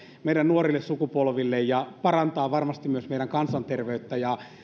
meidän nuorille sukupolvillemme ja parantaa varmasti myös meidän kansanterveyttä ja